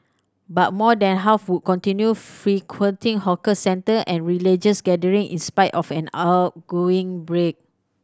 but more than half would continue frequenting hawker centre and religious gathering in spite of an ongoing outbreak